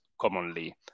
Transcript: commonly